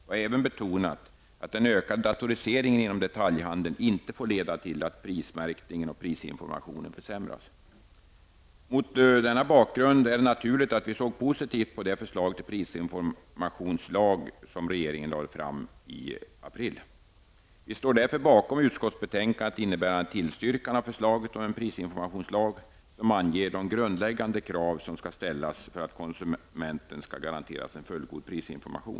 Vi har även betonat att den ökade datoriseringen inom detaljhandeln inte får leda till att prismärkningen och prisinformationen försämras. Mot denna bakgrund är det naturligt att vi såg positivt på det förslag till prisinformationslag som regeringen lade fram i april. Vi står därför bakom utskottets hemställan innebärande tillstyrkan av förslaget om en prisinformationslag, som anger de grundläggande krav som skall ställas för att konsumenten skall garanteras en fullgod prisinformation.